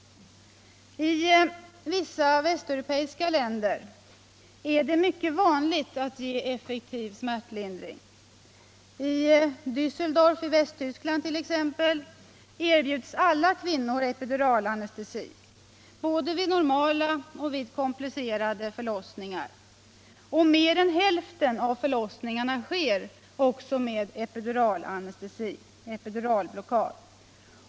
I vissa västeuropeiska länder är det mycket vanligt att ge effektiv smärtlindring. I Dässeldorf i Västtyskland t.ex. erbjuds alla kvinnor epiduralanestesi både vid normala och vid komplicerade förlossningar, och mer än hälften av förlossningarna sker också med epiduralblockad.